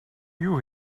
you